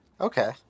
Okay